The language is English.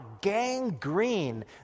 gangrene